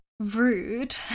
rude